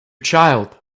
child